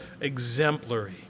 exemplary